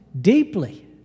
deeply